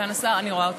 סגן השר, אני רואה אותו.